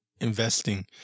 Investing